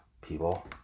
people